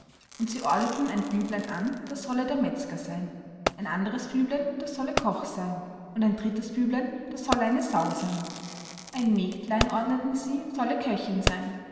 und sie ordneten ein büblein an das solle der metzger seyn ein anderes büblein das solle koch seyn und ein drittes büblein das solle eine sau seyn ein mägdlein ordneten sie solle köchin seyn